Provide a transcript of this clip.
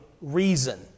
reason